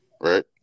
right